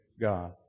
God